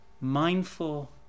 Mindful